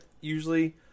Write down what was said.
usually